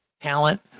talent